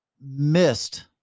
missed